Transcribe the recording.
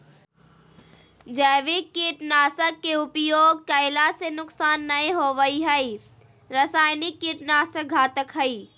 जैविक कीट नाशक के उपयोग कैला से नुकसान नै होवई हई रसायनिक कीट नाशक घातक हई